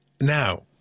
Now